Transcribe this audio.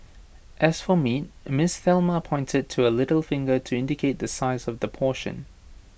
as for meat miss Thelma pointed to her little finger to indicate the size of the portion